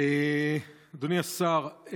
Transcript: אדוני השר,